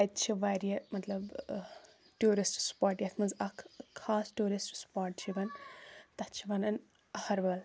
اَتہِ چھِ واریاہ مطلب ٹیوٗرِسٹ سپاٹ یَتھ منٛز اَکھ خاص ٹیوٗرِسٹ سپاٹ چھِ یِوان تَتھ چھِ وَنان اَہَر وَل